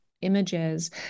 images